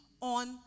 on